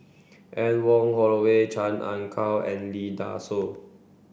Anne Wong Holloway Chan Ah Kow and Lee Dai Soh